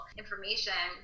information